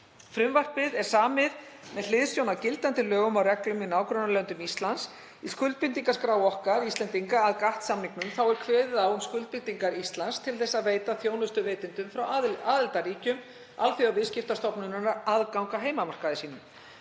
Frumvarpið er samið með hliðsjón af gildandi lögum og reglum í nágrannalöndum Íslands. Í skuldbindingaskrá Íslands að GATT-samningnum er kveðið á um skuldbindingar Íslands til þess að veita þjónustuveitendum frá aðildarríkjum Alþjóðaviðskiptastofnunarinnar aðgang að markaði sínum.